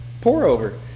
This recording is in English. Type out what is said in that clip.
pour-over